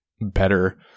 better